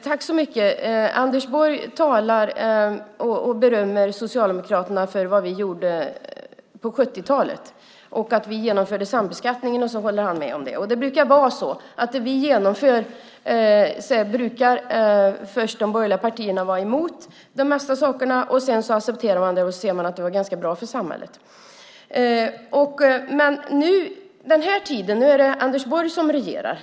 Herr talman! Anders Borg talar och berömmer Socialdemokraterna för vad vi gjorde på 70-talet, för att vi genomförde sambeskattningen. Han håller med om det. Det brukar vara så när det gäller det vi genomför. Först brukar de borgerliga partierna vara emot de flesta sakerna. Sedan accepterar man det och ser att det var ganska bra för samhället. Nu är det Anders Borg som regerar.